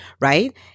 right